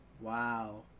Wow